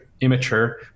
immature